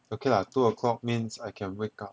okay lah two o'clock means I can wake up